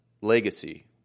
legacy